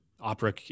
opera